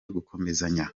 gukomezanya